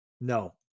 No